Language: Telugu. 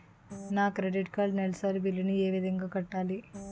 నా క్రెడిట్ కార్డ్ నెలసరి బిల్ ని ఏ విధంగా కట్టాలి?